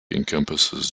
encompasses